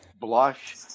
blush